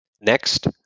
Next